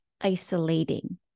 isolating